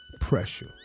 Pressure